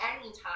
anytime